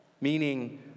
meaning